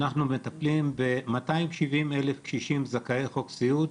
אנחנו מטפלים ב-270,000 קשישים זכאי חוק סיעוד,